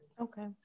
Okay